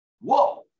Whoa